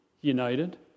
united